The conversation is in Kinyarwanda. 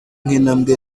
nk’intambwe